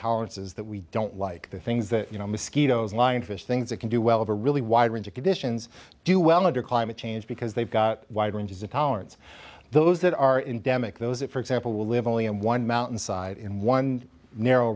tolerances that we don't like the things that you know mosquitoes lionfish things that can do well of a really wide range of conditions do well under climate change because they've got wide ranges of tolerance those that are in demick those that for example will live only on one mountainside in one narrow